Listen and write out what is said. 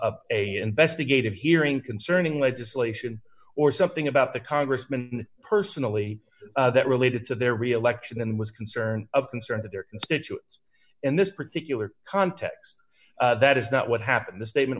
a investigative hearing concerning legislation or something about the congressman personally that related to their reelection and was concerned of concerns of their constituents in this particular context that is not what happened the statement